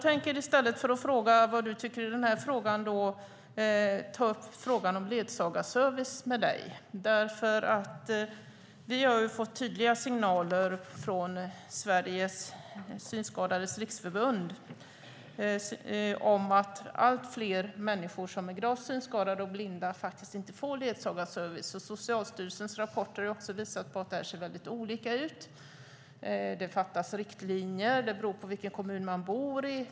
I stället för att fråga vad du tycker i den här frågan tänker jag ta upp frågan om ledsagarservice med dig. Vi har fått tydliga signaler från Synskadades Riksförbund om att allt fler människor som är gravt synskadade eller blinda inte får ledsagarservice. Socialstyrelsens rapporter har också visat på att det ser väldigt olika ut och att det fattas riktlinjer beroende på vilken kommun man bor i.